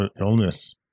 illness